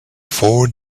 four